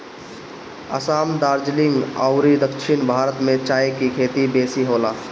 असाम, दार्जलिंग अउरी दक्षिण भारत में चाय के खेती बेसी होला